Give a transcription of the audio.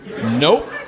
Nope